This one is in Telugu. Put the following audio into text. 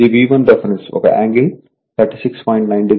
ఇది V1 రిఫరెన్స్ ఒక యాంగిల్ 36